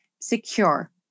secure